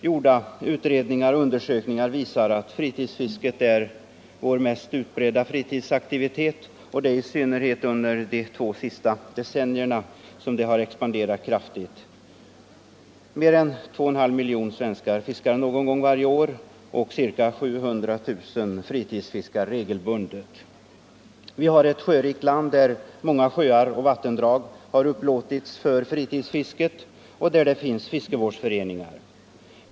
Gjorda utredningar och undersökningar visar att fritidsfisket är vår mest utbredda fritidsaktivitet och i synnerhet under de två senaste decennierna har detta expanderat kraftigt. Mer än 2,5 miljoner svenskar fiskar någon gång varje år, och ca 700 000 ägnar sig regelbundet åt fritidsfiske. Vi har ett sjörikt land där många sjöar och vattendrag har upplåtits för fritidsfisket och där det finns fiskevårdsföreningar.